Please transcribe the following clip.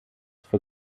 für